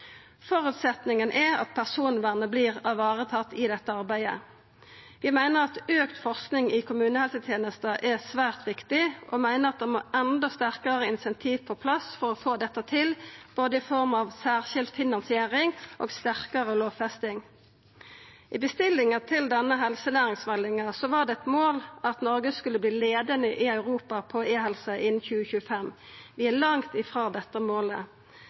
Føresetnaden er at personvernet vert varetatt i dette arbeidet. Vi meiner at auka forsking i kommunehelsetenesta er svært viktig, og at det må enda sterkare incentiv på plass for å få dette til, i form av både særskilt finansiering og sterkare lovfesting. I bestillinga til denne helsenæringsmeldinga var det eit mål at Noreg skulle verta leiande i Europa innanfor e-helse innan 2025. Vi er langt frå dette målet.